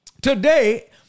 today